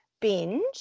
binge